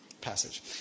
passage